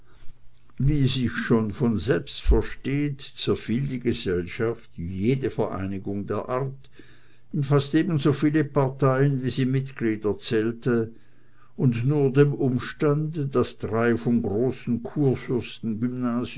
wie sich von selbst versteht zerfiel die gesellschaft wie jede vereinigung der art in fast ebenso viele parteien wie sie mitglieder zählte und nur dem umstande daß die drei vom großen kurfürsten gymnasium